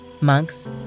monks